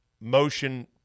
motion